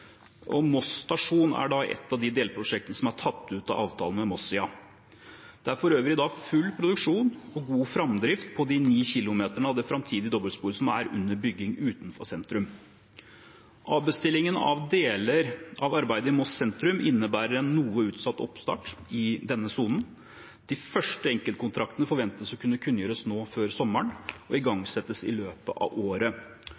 er da ett av de delprosjektene som er tatt ut av avtalen med Mossia. Det er for øvrig i dag full produksjon og god framdrift på de 9 km av det framtidige dobbeltsporet som er under bygging utenfor sentrum. Avbestillingen av deler av arbeidet i Moss sentrum innebærer en noe utsatt oppstart i denne sonen. De første enkeltkontraktene forventes å kunne kunngjøres nå før sommeren og